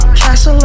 castle